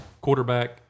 Quarterback